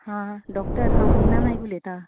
हां डोक्टर हांव मीना नायक उलयता